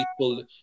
people